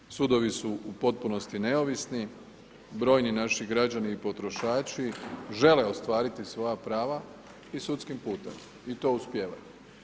Dapače, sudovi su u potpunosti neovisni, brojni naši građani i potrošači žele ostvariti svoja prava i sudskim putem i to uspijevaju.